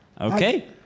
Okay